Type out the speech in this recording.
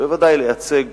בוודאי לייצג,